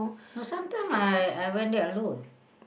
no sometime I I went there alone